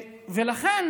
לכן